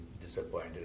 disappointed